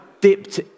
dipped